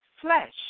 flesh